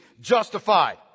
justified